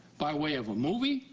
by way of a movie,